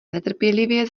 netrpělivě